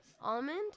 Almond